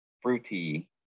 fruity